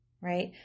Right